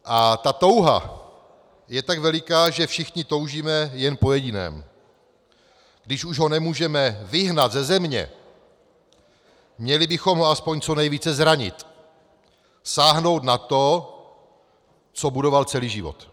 Ta touha je tak veliká, že všichni toužíme jen po jediném: když už ho nemůžeme vyhnat ze země, měli bychom ho aspoň co nejvíce zranit, sáhnout na to, co budoval celý život.